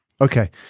okay